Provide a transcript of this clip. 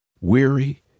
Weary